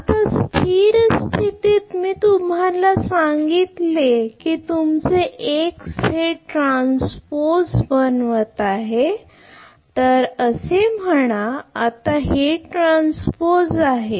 आता स्थिर स्थितीत मी तुम्हाला सांगितले की तुमचे एक्स हे ट्रान्सपोज बनवित आहे असे म्हणा आता हे ट्रान्सपोज आहे